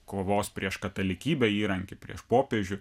kovos prieš katalikybę įrankį prieš popiežių